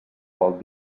vol